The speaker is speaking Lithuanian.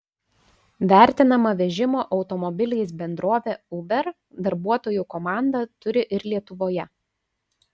vertinama vežimo automobiliais bendrovė uber darbuotojų komandą turi ir lietuvoje